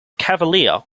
cavalier